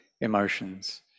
emotions